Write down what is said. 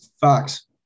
Fox